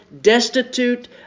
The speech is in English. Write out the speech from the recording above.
Destitute